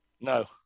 No